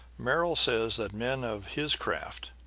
merrill says that men of his craft,